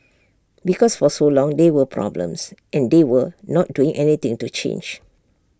because for so long there were problems and they were not doing anything to change